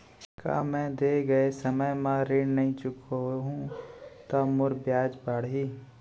का मैं दे गए समय म ऋण नई चुकाहूँ त मोर ब्याज बाड़ही?